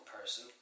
person